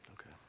Okay